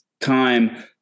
time